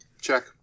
check